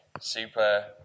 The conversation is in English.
super